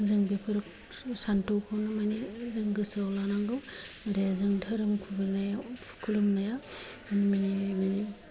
जों बेफोर सानथौखौनो माने जों गोसोआव लानांगौ आरो जों धोरोम खुलुमनाया माने